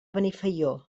benifaió